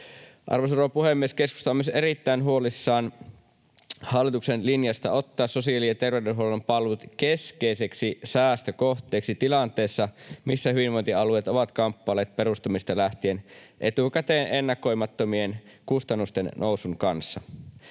Arvoisa rouva puhemies! Keskusta on myös erittäin huolissaan hallituksen linjasta ottaa sosiaali‑ ja terveydenhuollon palvelut keskeiseksi säästökohteeksi tilanteessa, missä hyvinvointialueet ovat kamppailleet perustamisesta lähtien etukäteen ennakoimattomien kustannusten nousun kanssa.